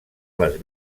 les